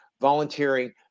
volunteering